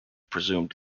presumed